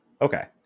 Okay